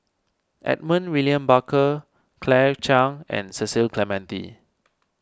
Edmund William Barker Claire Chiang and Cecil Clementi